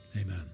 amen